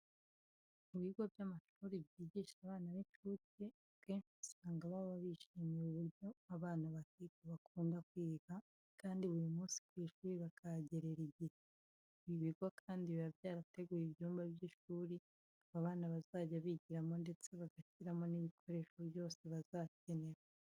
Mu bigo by'amashuri byigisha abana b'incuke akenshi usanga baba bishimira uburyo abana bahiga bakunda kwiga kandi buri munsi ku ishuri bakahagerera igihe. Ibi bigo kandi biba byarateguye ibyumba by'ishuri aba bana bazajya bigiramo ndetse bagashyiramo n'ibikoresho byose bazakenera.